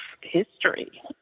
history